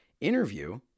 interview